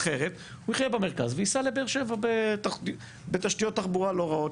אחרת הוא יחיה במרכז וייסע לבאר שבע בתשתיות תחבורה לא רעות,